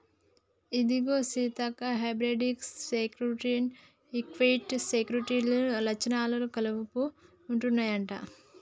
ఇదిగో Seethakka hybrid security, equity సెక్యూరిటీల లచ్చణాలను కలుపుకుంటన్నాయంట